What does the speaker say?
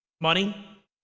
money